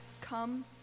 come